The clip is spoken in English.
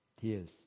Tears